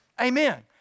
Amen